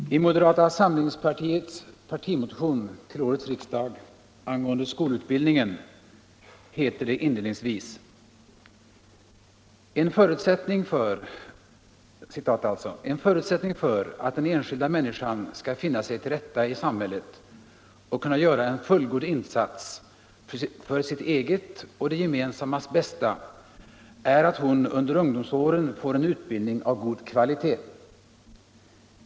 Herr talman! I moderata samlingspartiets partimotion till årets riksdag angående skolutbildningen heter det inledningsvis: ”En förutsättning för att den enskilda människan skall finna sig till rätta i samhället och kunna göra en fullgod insats för sitt eget och det gemensammas bästa är att hon under ungdomsåren får en utbildning av god kvalitet.